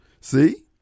See